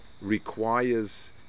requires